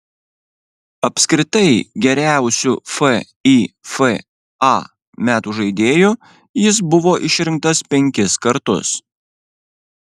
apskritai geriausiu fifa metų žaidėju jis buvo išrinktas penkis kartus